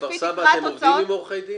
בכפר סבא אתם עובדים עם עורכי דין?